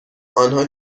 آنها